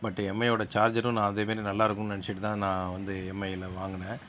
but எம்ஐயோடய சார்ஜரும் நான் அதே மாதிரி நல்லாயிருக்கும்னு நெனைச்சிட்டுதான் நான் வந்து எம்ஐயில் வாங்கினேன்